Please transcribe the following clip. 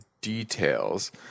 details